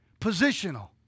positional